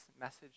message